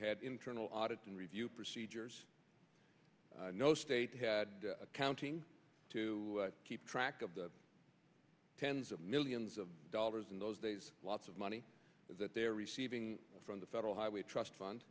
had internal audit and review procedures no state had accounting to keep track of the tens of millions of dollars in those days lots of money that they are receiving from the federal highway trust